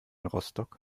rostock